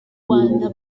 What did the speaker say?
rwanda